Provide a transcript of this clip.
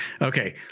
okay